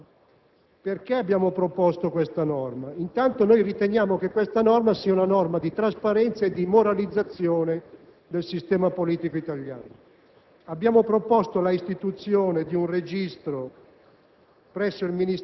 Presidente, noi siamo